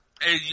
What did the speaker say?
hey